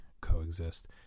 coexist